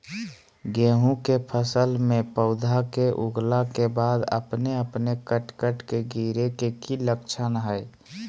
गेहूं के फसल में पौधा के उगला के बाद अपने अपने कट कट के गिरे के की लक्षण हय?